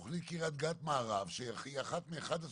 התכנית קרית-גת מערב, שהיא אחת מ-11